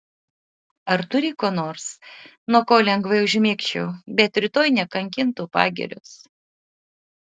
ar turi ko nors nuo ko lengvai užmigčiau bet rytoj nekankintų pagirios